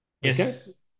Yes